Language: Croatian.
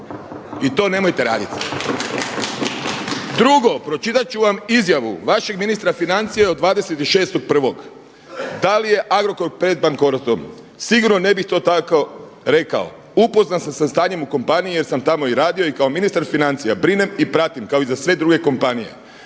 i to nemojte raditi. Drugo, pročitat ću vam izjavu vašeg ministra financija od 26.1. „Da li je Agrokor pred bankrotom? Sigurno ne bih to tako rekao, upoznat sam sa stanjem u kompaniji jer sam tamo i radio i kao ministar financija brinem i pratim kao i za sve druge kompanije.